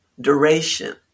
duration